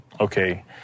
okay